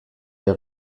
der